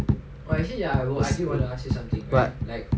what